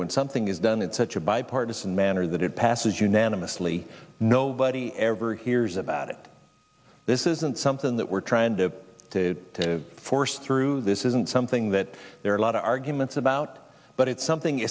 when something is done in such a bipartisan manner that it passes unanimously nobody ever hears about it this isn't something that we're trying to force through this isn't something that there are a lot of arguments about but it's something